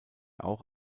auch